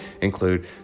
include